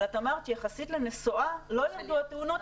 אבל את אמרת שיחסית לנסועה לא ירדו התאונות,